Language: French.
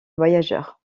voyageurs